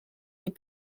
est